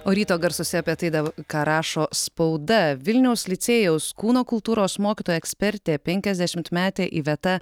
o ryto garsuose apie tai dav ką rašo spauda vilniaus licėjaus kūno kultūros mokytoja ekspertė penkiasdešimtmetė iveta